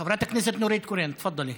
חברת הכנסת נורית קורן, תפדלי.